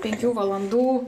penkių valandų